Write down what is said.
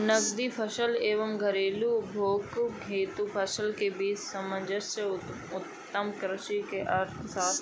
नकदी फसल एवं घरेलू उपभोग हेतु फसल के बीच सामंजस्य उत्तम कृषि अर्थशास्त्र है